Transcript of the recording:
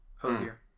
Hosier